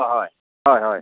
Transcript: হয় হয় হয়